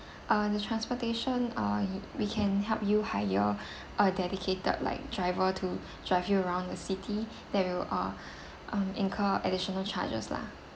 uh the transportation uh we can help you hire a dedicated like driver to drive you around the city there will uh uh incur additional charges lah